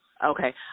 Okay